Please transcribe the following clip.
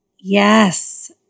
Yes